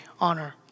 honor